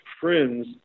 friends